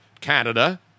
Canada